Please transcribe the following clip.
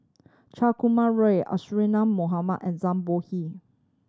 Chan Kum Roy Isadhora Mohamed and Zhang Bohe